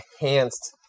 enhanced